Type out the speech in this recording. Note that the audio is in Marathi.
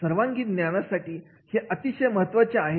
सर्वांगीण ज्ञानासाठी हे अतिशय महत्त्वाचा आहे